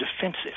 defensive